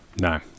No